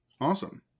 Awesome